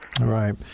Right